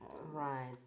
Right